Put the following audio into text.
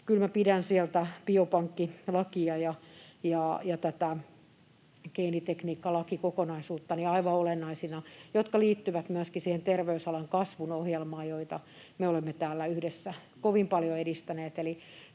biopankkilakia ja tätä geenitekniikkalakikokonaisuutta, jotka liittyvät myöskin siihen terveysalan kasvun ohjelmaan, jota me olemme täällä yhdessä kovin paljon edistäneet.